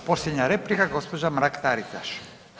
I posljednja replika gđa. Mrak-Taritaš.